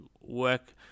work